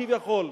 כביכול.